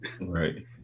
right